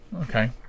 Okay